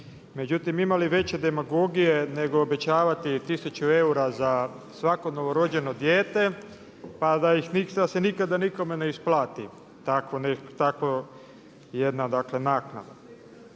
Međutim, ima li veće demagogije nego obećavati 1000 eura za svako novorođeno dijete pa da se nikada nikome ne isplati tako jedna naknada?